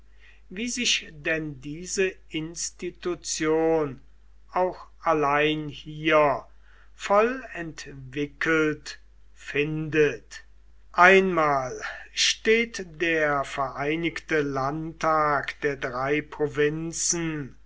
wie sich denn diese institution auch allein hier voll entwickelt findet einmal steht der vereinigte landtag der drei provinzen